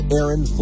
Aaron